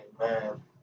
Amen